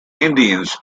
indians